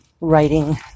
writing